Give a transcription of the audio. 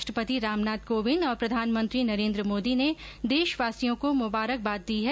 राष्ट्रपति रामनाथ कोविंद और प्रधानमंत्री नरेन्द्र मोदी ने देशवासियों को मुबारकबाद दी है